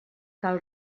cal